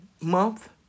month